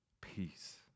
peace